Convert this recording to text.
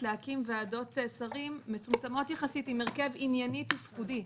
להקים ועדות שרים מצומצמות יחסית עם הרכב ענייני תפקודי.